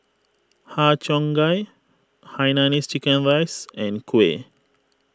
Har Cheong Gai Hainanese Chicken Rice and Kuih